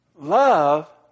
Love